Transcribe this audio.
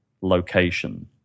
location